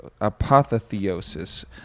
Apotheosis